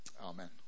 Amen